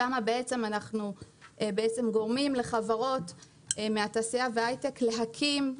שם בעצם אנחנו גורמים לחברות מהתעשייה וההייטק להקים,